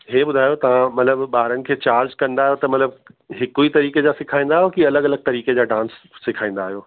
हीअ ॿुधायो तव्हां मतिलब ॿारनि खे चार्ज कंदा आहियो त मतिलब हिक ई तरीक़े जा सेखाईंदा आहियो की अलॻि अलॻि तरीकेय़े जा डांस सि सेखाईंदा आहियो